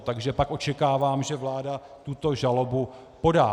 Takže pak očekávám, že vláda tuto žalobu podá.